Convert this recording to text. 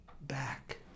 back